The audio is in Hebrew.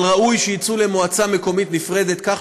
אבל ראוי שיצאו למועצה מקומית נפרדת כך